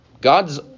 God's